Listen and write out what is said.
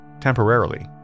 temporarily